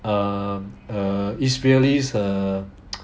um err israelis err